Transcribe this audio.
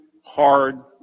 hard